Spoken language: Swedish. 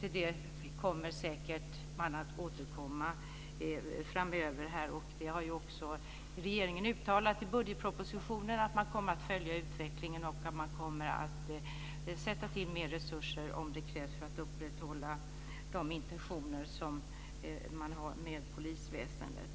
Till det kommer man säkert att återkomma här framöver. Regeringen har också uttalat i budgetpropositionen att man kommer att följa utvecklingen och sätta till mer resurser om det krävs för att upprätthålla de intentioner man har med polisväsendet.